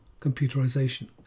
computerization